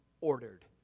ordered